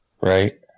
Right